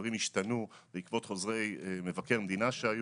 הדברים השתנו בעקבות חוזרי מבקר המדינה שהיו.